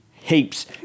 Heaps